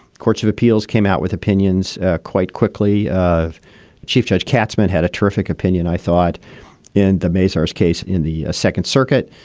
courts of appeals came out with opinions quite quickly. chief judge katzman had a terrific opinion, i thought in the mazur's case in the second circuit,